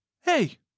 Hey